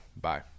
Bye